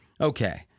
Okay